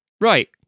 Right